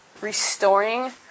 restoring